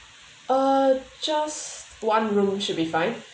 uh just one room should be fine